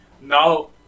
now